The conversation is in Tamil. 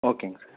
ஓகேங்க சார்